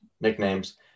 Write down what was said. nicknames